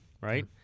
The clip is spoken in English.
Right